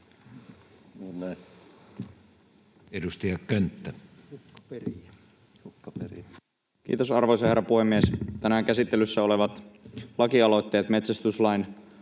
Content: Kiitos, arvoisa herra puhemies! Tänään käsittelyssä olevat lakialoitteet metsästyslain